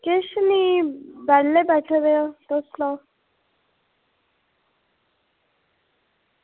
किश निं बेह्ले बैठे दे तुस सनाओ